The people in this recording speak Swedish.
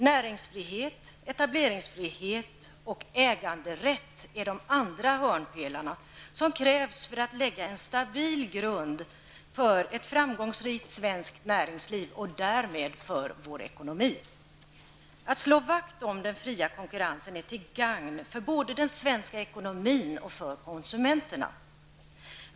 Näringsfrihet, etableringsfrihet och äganderätt är de andra hörnpelare som krävs när det gäller att lägga en stabil grund för ett framgångsrikt svenskt näringsliv och därmed för vår ekonomi. Detta med att slå vakt om den fria konkurrensen är till gagn för både den svenska ekonomin och konsumenterna.